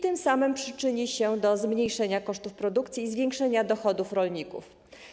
Tym samym przyczyni się do zmniejszenia kosztów produkcji i zwiększenia dochodów rolników.